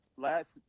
Last